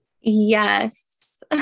Yes